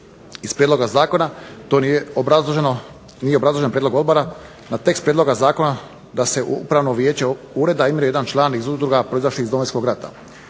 iz prijedloga zakona, te nije obrazložen prijedlog odbora na tekst prijedloga zakona da se upravo vijeće ureda imenuje jedan član iz udruga proizašlih iz Domovinskog rata.